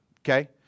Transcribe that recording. okay